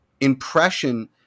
impression